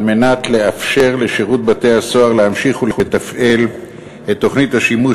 על מנת לאפשר לשירות בתי-הסוהר להמשיך ולתפעל את תוכנית השימוש